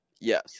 Yes